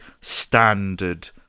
standard